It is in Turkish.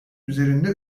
üzerinde